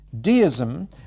Deism